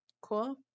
Cool